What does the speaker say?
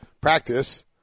practice